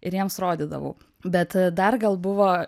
ir jiems rodydavau bet dar gal buvo